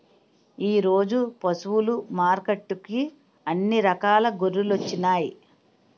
ఈరోజు పశువులు మార్కెట్టుకి అన్ని రకాల గొర్రెలొచ్చినాయ్